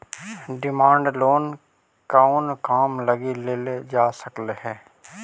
Demand loan कउन काम लगी लेल जा सकऽ हइ?